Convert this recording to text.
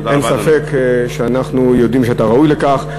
אין ספק שאנחנו יודעים שאתה ראוי לכך.